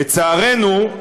לצערנו,